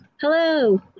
Hello